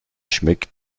schmeckt